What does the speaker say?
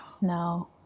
no